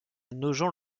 nogent